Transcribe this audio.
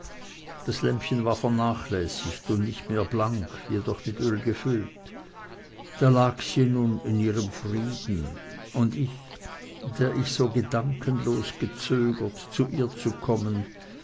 das lämpchen war vernachlässigt und nicht mehr blank jedoch mit öl gefüllt da lag sie nun in ihrem frieden und ich der ich so gedankenlos gezögert zu ihr zu kommen